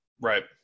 Right